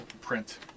print